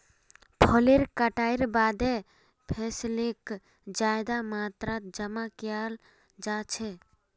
फसलेर कटाईर बादे फैसलक ज्यादा मात्रात जमा कियाल जा छे